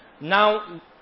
Now